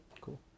Cool